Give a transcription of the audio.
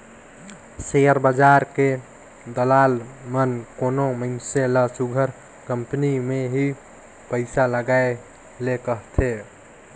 share बजार के दलाल मन कोनो मइनसे ल सुग्घर कंपनी में ही पइसा लगाए ले कहथें